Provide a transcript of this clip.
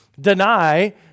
deny